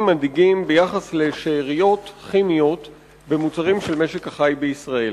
מדאיגים ביחס לשאריות כימיות במוצרים של משק החי בישראל.